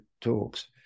talks